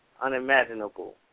unimaginable